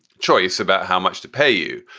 choice about how much to pay you.